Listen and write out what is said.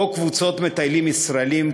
או קבוצות מטיילים ישראלים,